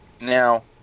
Now